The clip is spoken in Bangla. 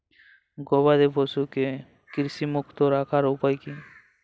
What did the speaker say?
গবাদি পশুকে কৃমিমুক্ত রাখার উপায় কী?